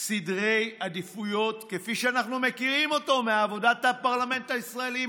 סדרי עדיפויות כפי שאנחנו מכירים אותם מעבודת הפרלמנט הישראלי,